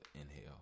inhale